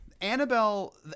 Annabelle